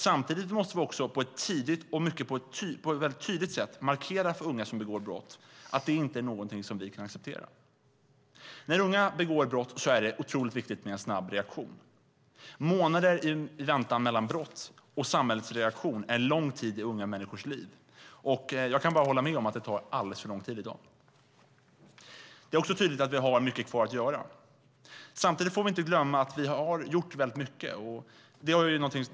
Samtidigt måste vi tidigt och på ett mycket tydligt sätt markera för unga som begår brott att det inte är någonting som vi kan acceptera. När unga begår brott är det otroligt viktigt med en snabb reaktion. Månader i väntan mellan brott och samhällets reaktion är lång tid i unga människors liv. Jag kan bara hålla med om att det i dag tar alldeles för lång tid. Det är också tydligt att vi har mycket kvar att göra. Samtidigt får vi inte glömma att vi har gjort väldigt mycket.